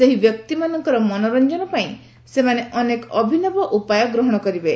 ସେହିବ୍ୟକ୍ତିମାନଙ୍କର ମନୋର୍ଚ୍ଚନ ପାଇଁ ସେମାନେ ଅନେକ ଅଭିନବ ଉପାୟ ଗ୍ରହଣ କରିବେ